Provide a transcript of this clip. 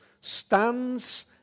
stands